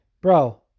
bro